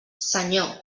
senyor